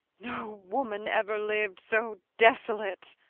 no woman ever lived so desolate!